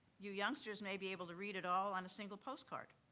you youngsters may be able to read it all on a single postcard.